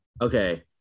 Okay